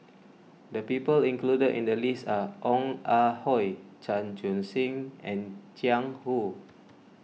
the people included in the list are Ong Ah Hoi Chan Chun Sing and Jiang Hu